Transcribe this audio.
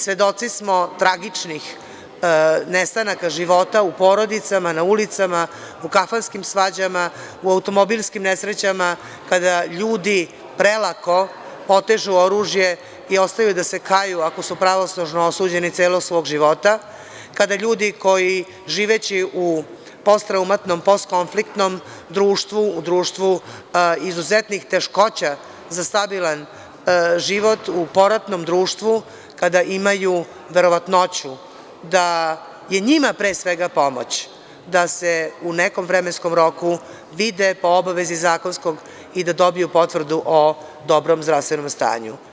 Svedoci smo tragičnih nestanaka života u porodicama, na ulicama, u kafanskim svađama, u automobilskim nesrećama, kada ljudi prelako potežu oružje i ostaju da se kaju, ako su pravosnažno osuđeni, celog svog života, kada ljudi, živeći u postraumatnom, postkonfliktnom društvu, u društvu izuzetnih teškoća za stabilan život, u poratnom društvu, imaju verovatnoću da je njima, pre svega, pomoć da se u nekom vremenskom roku vide po zakonskoj obavezi i da dobiju potvrdu o dobrom zdravstvenom stanju.